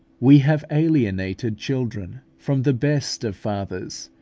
we have alienated children from the best of fathers,